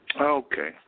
Okay